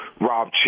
Rob